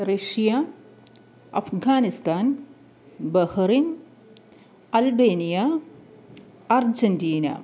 Russia Afghanistan Bahrain Albania Argentina